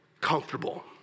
comfortable